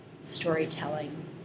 storytelling